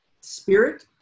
spirit